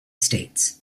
states